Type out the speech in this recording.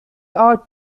are